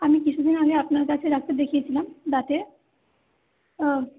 আমি কিছুদিন আগে আপনার কাছে ডাক্তার দেখিয়েছিলাম দাঁতের